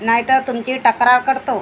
नाहीतर तुमची तक्रार करतो